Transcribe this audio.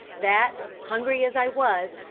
that, hungry as i was,